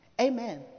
amen